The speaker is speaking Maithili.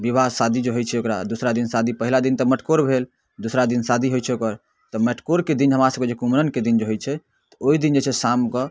बिवाह शादी जे होइ छै ओकरा दोसरा दिन शादी पहिला दिन तऽ मटकोर भेल दोसरा दिन शादी होइ छै ओकर तऽ मटकोरके दिन हमरा सभके जे कुमरमके दिन जे होइ छै तऽ ओइ दिन जे छै शामकऽ